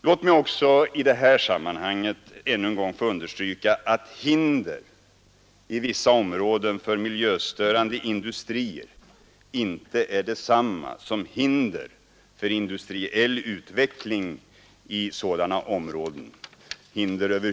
Låt mig också i detta sammanhang än en gång få understryka, att hinder i vissa områden för miljöstörande industrier inte är detsamma som hinder för all industriell utveckling i sådana områden.